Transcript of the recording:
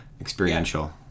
experiential